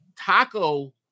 Taco